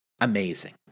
Amazing